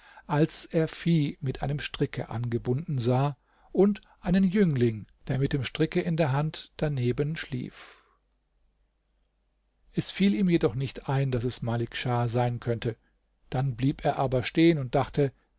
als er vieh mit einem stricke angebunden sah und einen jüngling der mit dem stricke in der hand daneben schlief es fiel ihm jedoch nicht ein daß es malik schah sein könnte dann blieb er aber stehen und dachte